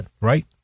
Right